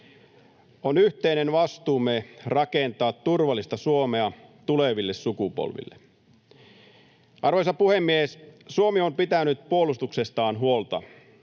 On yhteinen vastuumme rakentaa turvallista Suomea tuleville sukupolville. Arvoisa puhemies! Suomi on pitänyt puolustuksestaan huolta.